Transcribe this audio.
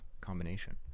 combination